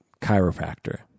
chiropractor